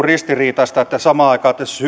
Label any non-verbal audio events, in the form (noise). (unintelligible) ristiriitaista että samaan aikaan te